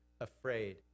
afraid